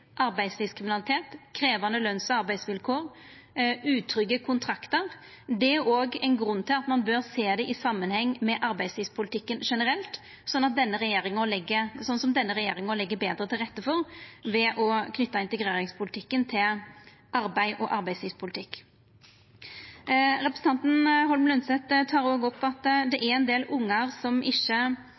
krevjande løns-arbeidsvilkår og utrygge kontraktar. Det er òg ein grunn til at ein bør sjå dette i samanheng med arbeidslivspolitikken generelt, som denne regjeringa legg betre til rette for ved å knyta integreringspolitikken til arbeid og arbeidslivspolitikk. Representanten Holm Lønseth tek òg opp at det er ein del ungar som ikkje